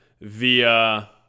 via